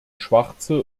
schwarze